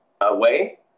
away